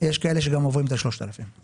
יש כאלה שגם עוברים את ה- 3,000 ₪.